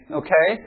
okay